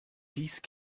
peace